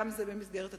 גם זה במסגרת התחרות.